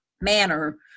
manner